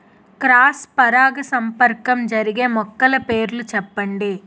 Cross పరాగసంపర్కం జరిగే మొక్కల పేర్లు చెప్పండి?